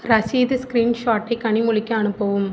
ரசீது ஸ்கிரீன்ஷாட்டை கனிமொழிக்கு அனுப்பவும்